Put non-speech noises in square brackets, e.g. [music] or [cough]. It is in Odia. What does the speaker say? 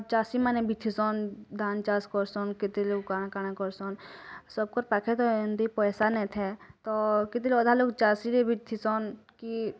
ଚାଷୀମାନେ ବି ବିଠିଛନ୍ ଧାନ ଚାଷ୍ କରୁଛନ୍ କେତେ ଲୋଗ କାଣା କାଣା କରୁଛନ୍ ସେବକର୍ ପାଖେ ତ ଏମିତି ପଇସା ନେଇ ଥେ ତ [unintelligible] ଅଧା ଲୋଗ ଚାଷୀ ରେ ବିଠିଛନ୍ କି